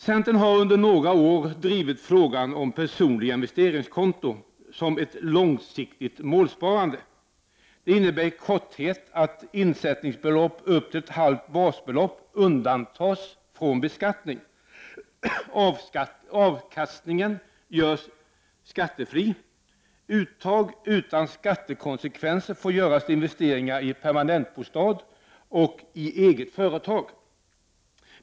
Centern har under några år drivit frågan om personliga investeringskonton som ett långsiktigt målsparande. Det innebär i korthet att insättningsbelopp upp till ett halvt basbelopp undantas från beskattning. Avkastningen görs skattefri. Uttag utan skattekonsekvenser får göras till investeringar i permanentbostad och i eget företag.